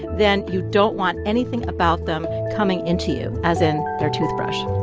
then you don't want anything about them coming into you, as in their toothbrush